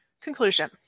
Conclusion